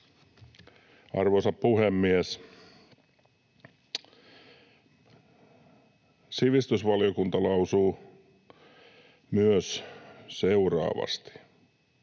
Arvoisa puhemies! Sivistysvaliokunta lausuu myös seuraavasti: